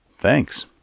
Thanks